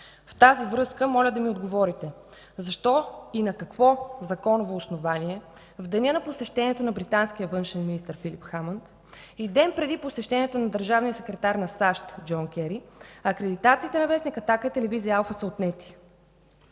В тази връзка, моля да ми отговорите: защо и на какво законово основание в деня на посещението на британския външен министър Филип Хамънд, и ден преди посещението на държавния секретар на САЩ Джон Кери, акредитациите на вестник „Атака” и телевизия „Алфа” са отнети?